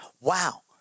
Wow